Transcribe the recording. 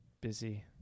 busy